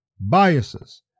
biases